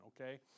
okay